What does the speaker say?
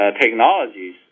technologies